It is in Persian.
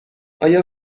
آیا